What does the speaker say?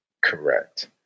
Correct